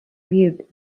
viewed